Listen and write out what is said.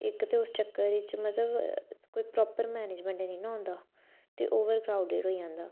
इक ते उस चक्कर च मतलब कोई प्रापर मैनेजमैंट ने ना होंदा ते ओवर क्रउडड होई जंदा